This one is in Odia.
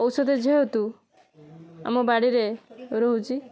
ଔଷଧ ଯେହେତୁ ଆମ ବାଡ଼ିରେ ରହୁଛି